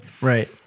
Right